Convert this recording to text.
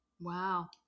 Wow